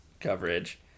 coverage